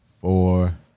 four